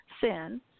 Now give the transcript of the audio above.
Sin